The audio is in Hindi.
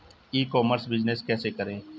ई कॉमर्स बिजनेस कैसे करें?